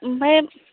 आमफ्राय